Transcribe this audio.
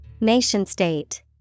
Nation-state